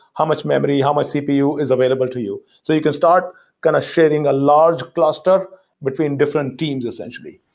how much memory, how much cpu is available to you. so you can start kind of sharing a large cluster between different teams essentially.